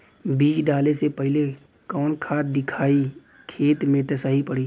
बीज डाले से पहिले कवन खाद्य दियायी खेत में त सही पड़ी?